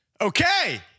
Okay